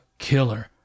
killer